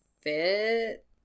fit